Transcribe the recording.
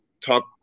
talk